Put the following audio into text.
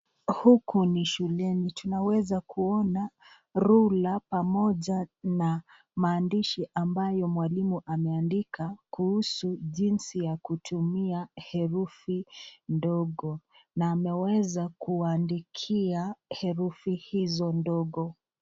Hapa ni naeza kuona rula pamoja maandishi ambayo mwalimu ameandika kuhusu jinsi ya kutumia, herufi ndogo na ameweza kuandikia herufi hizo ndogo.